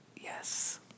yes